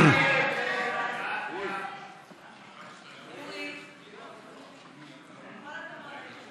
ההסתייגות (5) של חברי הכנסת איתן כבל ויואל חסון לפני סעיף